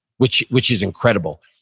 which which is incredible.